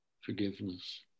forgiveness